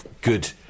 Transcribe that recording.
good